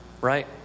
right